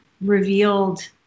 revealed